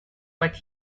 but